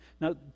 Now